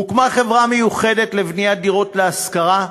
הוקמה חברה מיוחדת לבניית דירות להשכרה,